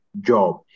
job